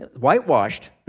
Whitewashed